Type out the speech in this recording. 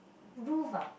roof ah